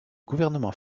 gouvernement